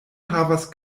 havas